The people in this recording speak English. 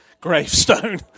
gravestone